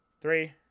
Three